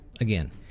again